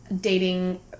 dating